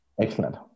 Excellent